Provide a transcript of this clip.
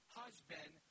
husband